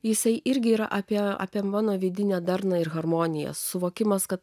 jisai irgi yra apie apie mano vidinę darną ir harmoniją suvokimas kad